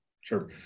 Sure